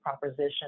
proposition